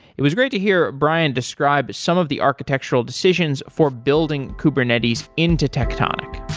it was great to hear brian describes some of the architectural decisions for building kubernetes into tectonic.